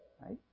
Right